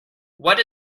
what